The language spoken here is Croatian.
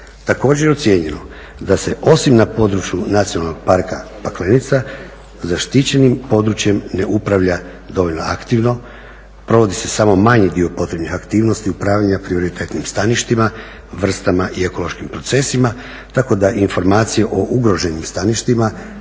Također je ocijenjeno da se osim na području Nacionalnog parka Paklenica zaštićenim područjem ne upravlja dovoljno aktivno. Provodi se samo manji dio potrebnih aktivnosti upravljanja prioritetnim staništima, vrstama i ekološkim procesima tako da informacije o ugroženim staništima,